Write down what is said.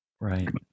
Right